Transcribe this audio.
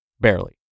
barely